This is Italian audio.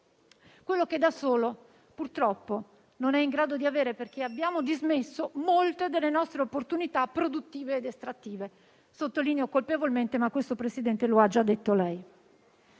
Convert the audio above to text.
quello che da solo, purtroppo, non è in grado di avere, perché abbiamo dismesso molte delle nostre opportunità produttive ed estrattive (colpevolmente, lo sottolineo, ma questo, Presidente, lo ha già detto lei).